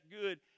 good